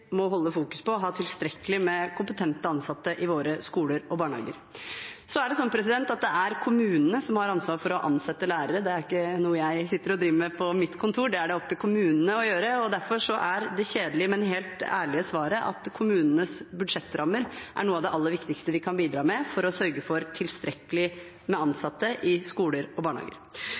må fokusere på å ha tilstrekkelig med kompetente ansatte i våre skoler og barnehager. Det er kommunene som har ansvar for å ansette lærere. Det er ikke noe jeg sitter og driver med på mitt kontor. Det er det opp til kommunene å gjøre. Derfor er det kjedelige, men helt ærlige svaret at kommunenes budsjettrammer er noe av det aller viktigste vi kan bidra med for å sørge for tilstrekkelig med ansatte i skoler og barnehager.